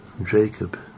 Jacob